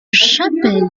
chapelle